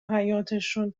حیاطشون